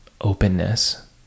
openness